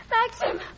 Maxim